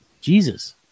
Jesus